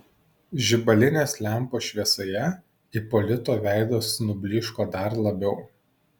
žibalinės lempos šviesoje ipolito veidas nublyško dar labiau